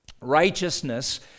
Righteousness